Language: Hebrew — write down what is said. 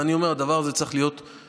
ואני אומר, הדבר הזה צריך להיות חותך.